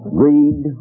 greed